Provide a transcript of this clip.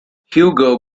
hugo